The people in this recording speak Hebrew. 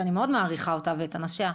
שאני מאוד מעריכה אותה ואת אנשיה,